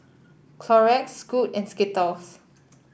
Clorox Scoot and Skittles